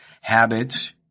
habits